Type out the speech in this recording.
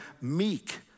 meek